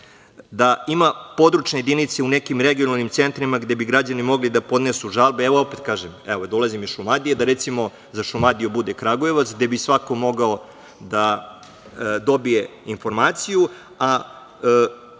da ima područne jedinice u nekim regionalnim centrima gde bi građani mogli da podnesu žalbe. Evo, opet kažem, dolazim iz Šumadije. Recimo, da Šumadija bude Kragujevac gde bi svako mogao da dobije informaciju, a